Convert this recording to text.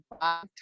five